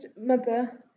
mother